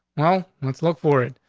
well, let's look for it.